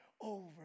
over